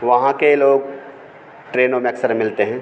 वहाँ के लोग ट्रेनों में अक्सर मिलते हैं